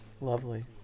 Lovely